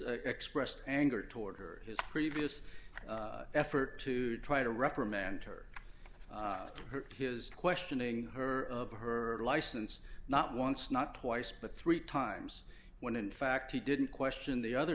expressed anger toward her his previous effort to try to reprimand her for his questioning her of her license not once not twice but three times when in fact he didn't question the other